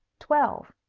twelve.